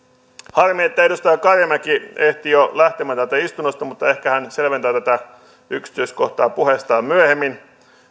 harmi että edustaja karimäki ehti jo lähteä täältä istunnosta mutta ehkä hän selventää tätä yksityiskohtaa puheestaan myöhemmin